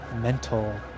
mental